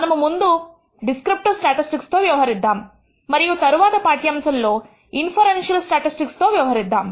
మనము ముందు descriptive statistics తో వ్యవహరిద్దాం మరియు తర్వాత పాఠ్యాంశం లో ఇన్ఫెరెన్షియల్ స్టాటిస్టిక్స్ తో వ్యవహరిద్దాం